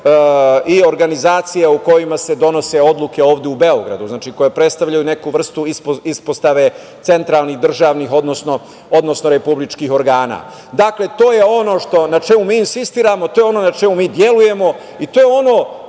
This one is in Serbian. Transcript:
i organizacije u kojima se donose odluke, ovde u Beogradu, znači, koje predstavljaju neku vrstu ispostave, centralnih, državnih, odnosno republičkih organa. Dakle, to je ono na čemu mi insistiramo, to je ono na čemu mi delujemo i to je ono